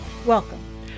welcome